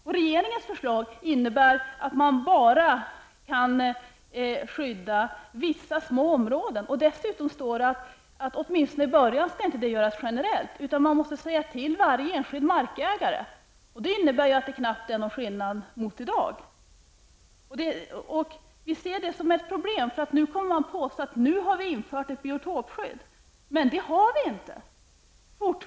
Men regeringens förslag innebär att man enbart kan skydda vissa små områden. Dessutom står det i förslaget att detta åtminstone till en början inte skall göras generellt, utan man måste säga till varje enskild markägare. Det innebär att det knappast blir någon skillnad mot hur det är i dag. Vi ser detta som ett problem, eftersom man nu kommer att påstå att ett biotopskydd kommer att införas. Men det är inte fallet.